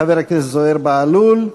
חבר הכנסת זוהיר בהלול,